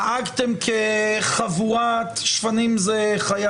נהגתם כחבורת שפנים היא חיה